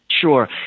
Sure